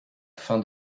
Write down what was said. fin